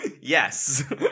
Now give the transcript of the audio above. Yes